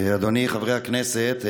חברי הכנסת,